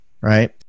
right